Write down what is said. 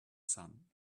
sun